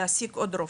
להשיג עוד רופאים,